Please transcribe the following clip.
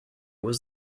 was